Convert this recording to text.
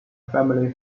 family